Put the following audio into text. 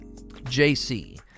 JC